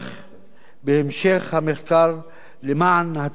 בהמשך המחקר למען הצלת האנושות.